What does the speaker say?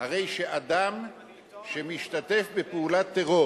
הרי שאדם שמשתתף בפעולת טרור